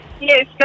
Yes